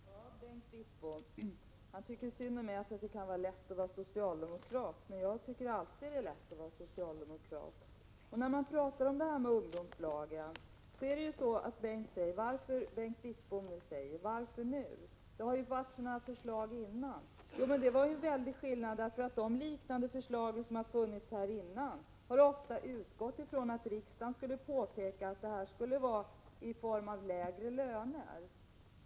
Herr talman! Bengt Wittbom tycker synd om mig och menade att det inte kan vara lätt att vara socialdemokrat. Jag tycker alltid att det är lätt att vara socialdemokrat. I vad gäller ungdomslagen ställer Bengt Wittbom frågan: Varför nu? Det har ju tidigare framförts förslag liknande det som nu är aktuellt. Men det har varit en stor skillnad, nämligen att de förslagen ofta har utgått från att riksdagen skulle förorda lägre löner för de ungdomar det gäller.